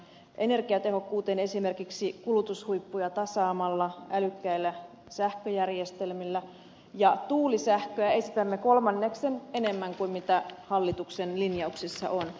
energiatehokkuuteen esimerkiksi kulutushuippuja tasaamalla älykkäillä sähköjärjestelmillä ja tuulisähköä esitämme kolmanneksen enemmän kuin hallituksen linjauksessa on